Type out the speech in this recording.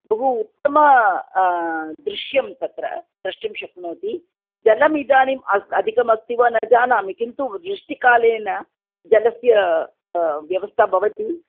बहु उत्तम दृश्यं तत्र द्रष्टुं शक्नोति जलमिदानीम् अधिकमस्ति वा न जानामि किन्तु वृष्टिकालेन जलस्य व्यवस्था भवति